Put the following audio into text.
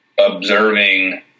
observing